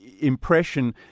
impression